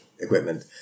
equipment